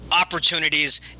opportunities